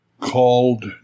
called